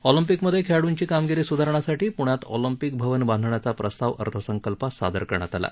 ऑलिम्पिकमध्ये खेळाडूंची कामगिरी सुधारण्यासाठी पुण्यात ऑलिम्पिक भवन बांधण्याचा प्रस्ताव अर्थसंकल्पात सादर करण्यात आला आहे